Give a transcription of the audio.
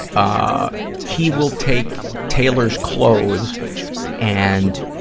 ah he will take taylor's clothes and,